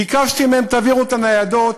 ביקשתי מהם: תעבירו את הניידות.